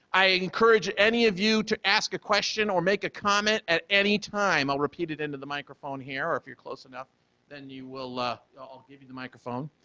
i encourage any of you to ask a question or make a comment at any time. i'll repeat it into the microphone here or if you're close enough then you will ah i'll give you the microphone,